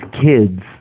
kids